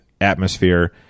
atmosphere